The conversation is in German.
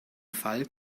fall